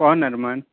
कौन अरमान